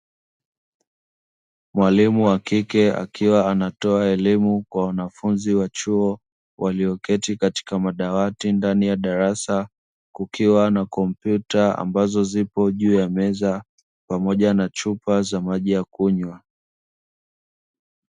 Mwalimu wa kike akiwa anatoa elimu kwa wanafunzi wa chuo, walioketi katika madawati ndani ya darasa, kukiwa na kompyuta ambazo zipo juu ya meza pamoja na chupa za maji ya kunywa.